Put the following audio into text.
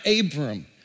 Abram